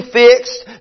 fixed